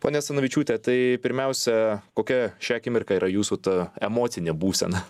ponia asanavičiūte tai pirmiausia kokia šią akimirką yra jūsų ta emocinė būsena